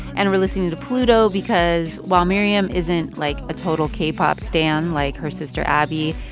and we're listening to pluto because while miriam isn't, like, a total k-pop stan like her sister abby,